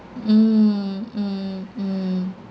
mm mm mm